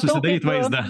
susidaryt vaizdą